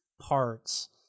parts